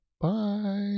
bye